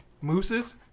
Mooses